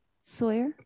Sawyer